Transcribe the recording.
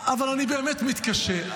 אבל אני באמת מתקשה.